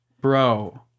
Bro